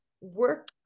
work